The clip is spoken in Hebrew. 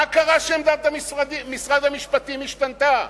מה קרה שעמדת משרד המשפטים השתנתה,